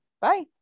Bye